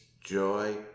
joy